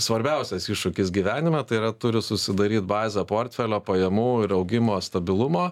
svarbiausias iššūkis gyvenime tai yra turi susidaryt bazę portfelio pajamų ir augimo stabilumo